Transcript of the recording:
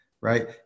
right